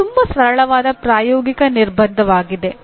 ಇದು ತುಂಬಾ ಸರಳವಾದ ಪ್ರಾಯೋಗಿಕ ನಿರ್ಬಂಧವಾಗಿದೆ